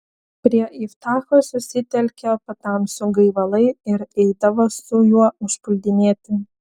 prie iftacho susitelkė patamsių gaivalai ir eidavo su juo užpuldinėti